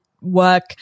work